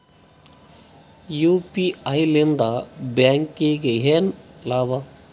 UPI ಲಿಂದ ಬ್ಯಾಂಕ್ಗೆ ಏನ್ ಲಾಭ?